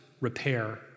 repair